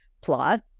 plot